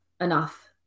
enough